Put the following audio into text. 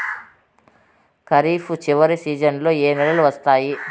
ఖరీఫ్ చివరి సీజన్లలో ఏ నెలలు వస్తాయి?